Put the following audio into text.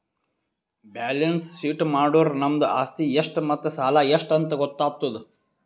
balance sheet ಮಾಡುರ್ ನಮ್ದು ಆಸ್ತಿ ಎಷ್ಟ್ ಮತ್ತ ಸಾಲ ಎಷ್ಟ್ ಅಂತ್ ಗೊತ್ತಾತುದ್